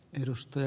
edustaja